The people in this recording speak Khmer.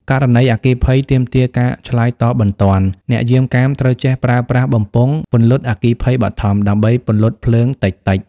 ករណីអគ្គិភ័យទាមទារការឆ្លើយតបបន្ទាន់ អ្នកយាមកាមត្រូវចេះ ប្រើប្រាស់បំពង់ពន្លត់អគ្គិភ័យបឋម ដើម្បីពន្លត់ភ្លើងតិចៗ។